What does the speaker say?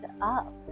up